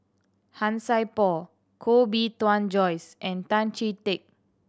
Han Sai Por Koh Bee Tuan Joyce and Tan Chee Teck